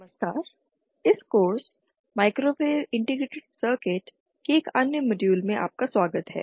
नमस्कार इस course microwave integrated circuit के एक अन्य मॉड्यूल में आपका स्वागत है